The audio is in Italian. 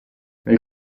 nel